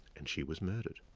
and she was murdered.